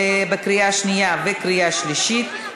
קריאה שנייה וקריאה שלישית.